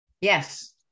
Yes